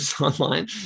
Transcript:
online